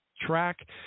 track